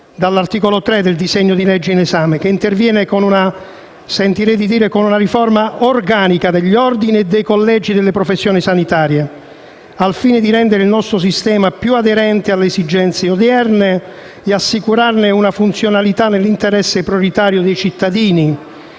dall'articolo 3 del disegno di legge in esame, che interviene con una riforma organica degli ordini e dei collegi delle professioni sanitarie al fine di rendere il nostro sistema più aderente alle esigenze odierne e assicurarne una funzionalità nell'interesse prioritario dei cittadini.